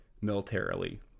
militarily